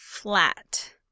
flat